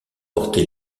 porté